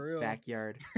backyard